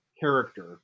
character